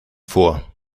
vor